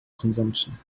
consumption